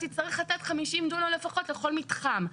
תצטרך לתת 50 דונם לפחות לכל מתחם.